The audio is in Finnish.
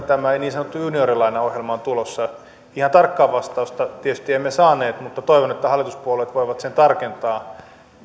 tämä niin sanottu juniorilainaohjelma on tulossa ihan tarkkaa vastausta tietysti emme saaneet mutta toivon että hallituspuolueet voivat sen tarkentaa